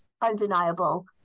undeniable